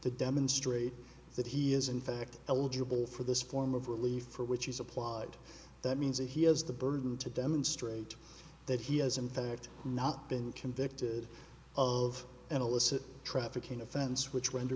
to demonstrate that he is in fact eligible for this form of relief for which he's applied that means that he has the burden to demonstrate that he has in fact not been convicted of an illicit trafficking offense which render